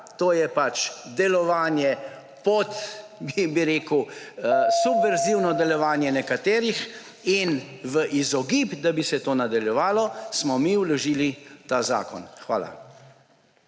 To je pač delovanje, subverzivno delovanje nekaterih. V izogib temu, da bi se to nadaljevalo, smo mi vložili ta zakon. Hvala.